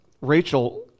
Rachel